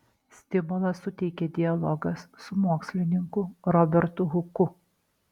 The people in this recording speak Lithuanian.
stimulą suteikė dialogas su mokslininku robertu huku